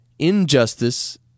Injustice